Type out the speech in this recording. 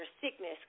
sickness